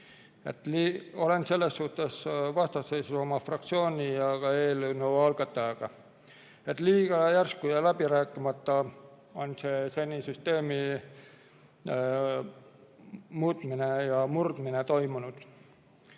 Olen selles suhtes vastasseisus oma fraktsiooni ja ka eelnõu algatajaga. Liiga järsku ja läbi rääkimata on see senise süsteemi muutmine ja murdmine toimunud.